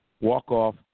Walk-off